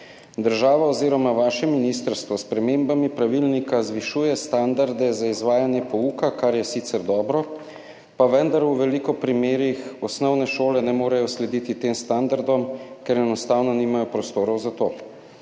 Država oziroma vaše ministrstvo s spremembami pravilnika zvišuje standarde za izvajanje pouka, kar je sicer dobro, pa vendar v veliko primerih osnovne šole ne morejo slediti tem standardom, ker enostavno nimajo prostorov za to.